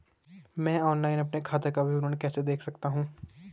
मैं ऑनलाइन अपने खाते का विवरण कैसे देख सकता हूँ?